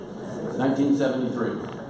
1973